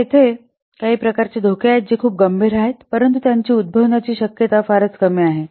तर तेथे काही प्रकारचे धोके आहेत जे ते खूप गंभीर आहेत परंतु त्यांची उद्भवण्याची शक्यता फारच कमी आहे